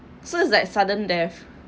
so it's like sudden death